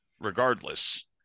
regardless